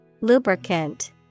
Lubricant